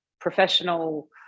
professional